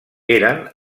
eren